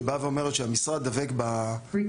שבאה ואומרת שהמשרד דבק במתווה